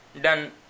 done